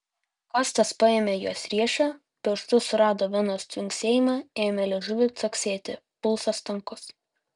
kostas paėmė jos riešą pirštu surado venos tvinksėjimą ėmė liežuviu caksėti pulsas tankus